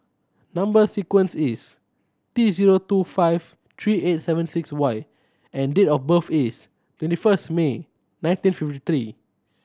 number sequence is T zero two five three eight seven six Y and date of birth is twenty first May nineteen fifty three